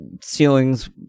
ceilings